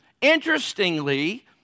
Interestingly